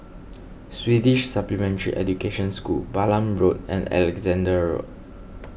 Swedish Supplementary Education School Balam Road and Alexandra Road